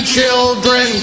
Children